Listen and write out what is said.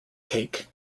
cake